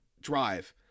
Drive